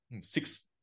six